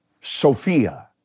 Sophia